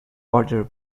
order